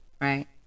right